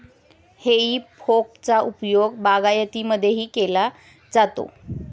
हेई फोकचा उपयोग बागायतीमध्येही केला जातो